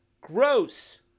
Gross